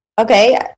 okay